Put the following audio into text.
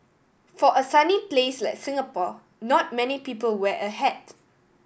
for a sunny place like Singapore not many people wear a hat